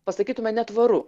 pasakytume netvaru